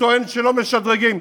שטוען שלא משדרגים,